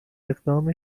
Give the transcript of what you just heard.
اقدام